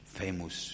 famous